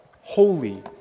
Holy